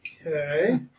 Okay